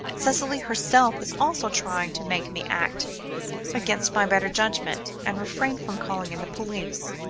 cicely herself is also trying to make me act against my better judgment, and refrain from calling in the police.